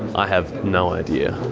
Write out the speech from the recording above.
i have no idea.